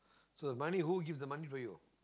so the money who gives the money for you